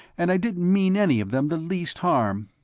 and i didn't mean any of them the least harm.